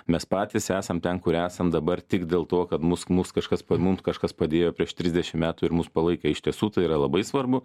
mes patys esam ten kur esam dabar tik dėl to kad mus mus kažkas mums kažkas padėjo prieš trisdešim metų ir mus palaikė iš tiesų tai yra labai svarbu